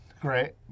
Great